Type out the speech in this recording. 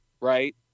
right